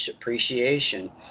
appreciation